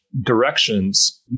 directions